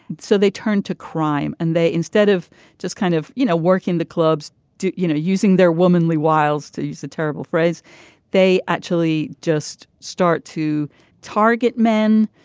so they turn to crime and they instead of just kind of you know working the clubs you know using their womanly wiles to use the terrible phrase they actually just start to target men.